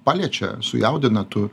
paliečia sujaudina tu